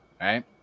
right